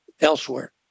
elsewhere